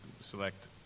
select